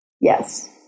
Yes